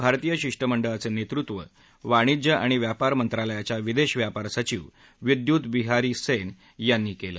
भारतीय शिष्टमंडळाचं नेतृत्व वाणिज्य आणि व्यापार मंत्रालयाच्या विदेश व्यापार सचीव बिद्युत बिहारी सैन यांनी केलं